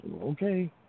Okay